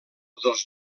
dels